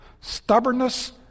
Stubbornness